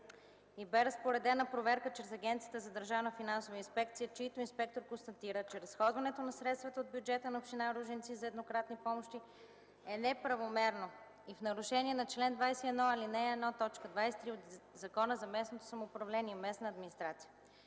Бе разпоредена проверка чрез Агенцията за държавна финансова инспекция, чиито инспектор констатира, че изразходването на средствата на бюджета за община Ружинци за еднократни помощи е неправомерно и в нарушение на чл. 21, ал. 1, т. 20 от Закона за местното самоуправление и местна администрация.